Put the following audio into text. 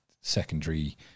secondary